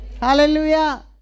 Hallelujah